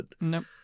Nope